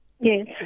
Yes